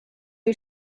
you